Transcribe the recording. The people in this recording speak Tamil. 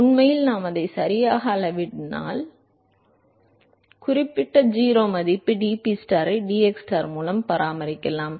உண்மையில் நாம் அதை சரியாக அளவிடினால் நீங்கள் உண்மையில் அந்த குறிப்பிட்ட 0 மதிப்பு dPstar ஐ dxstar மூலம் பராமரிக்கலாம்